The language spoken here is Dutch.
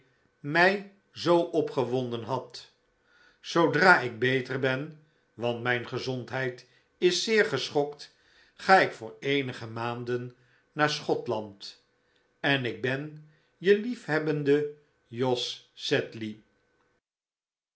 mij zoo opgewonden had zoodra ik beter ben want mijn gezondheid is zeer geschokt ga ik voor eenige maanden naar schotland en ik ben je liefhebbende jos